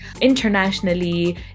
internationally